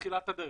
בתחילת הדרך?